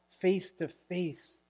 face-to-face